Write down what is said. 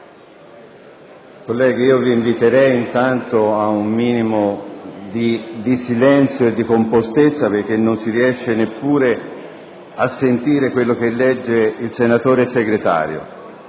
Colleghi, vi inviterei a un minimo di silenzio e di compostezza perché non si riesce neppure a sentire quello che legge il senatore Segretario.